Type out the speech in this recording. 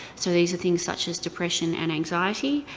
so these are things such as depression and anxiety.